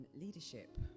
Leadership